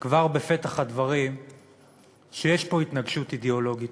כבר בפתח הדברים שיש פה התנגשות אידיאולוגית,